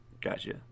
Gotcha